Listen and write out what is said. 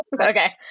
Okay